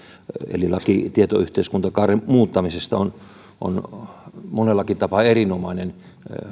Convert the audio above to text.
eli laki tietoyhteiskuntakaaren muuttamisesta on on monellakin tapaa erinomainen